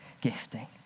gifting